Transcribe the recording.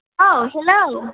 औ हेलौ